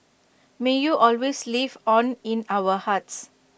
may you always live on in our hearts